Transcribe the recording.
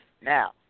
Now